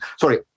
Sorry